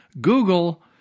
Google